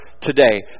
today